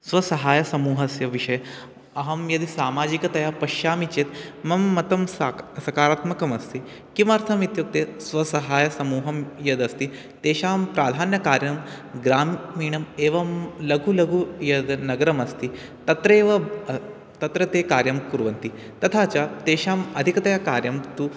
स्वसहायसमूहस्य विषये अहं यदि सामाजिकतया पश्यामि चेत् मम मतं साक् सकारात्मकम् अस्ति किमर्थमित्युक्ते स्वसहायसमूहं यदस्ति तेषां प्राधान्यकार्यं ग्रामीणम् एवं लघु लघु यद् नगरम् अस्ति तत्रैव तत्र ते कार्यं कुर्वन्ति तथा च तेषाम् अधिकतया कार्यं तु